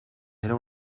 era